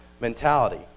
mentality